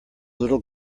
little